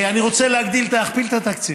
אני רוצה להגדיל, להכפיל את התקציב: